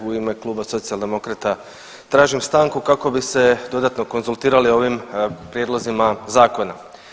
U ime kluba Socijaldemokrata tražim stanku kako bih se dodatno konzultirali o ovim prijedlozima zakona.